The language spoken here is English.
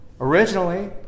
originally